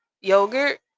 yogurt